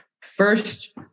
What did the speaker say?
first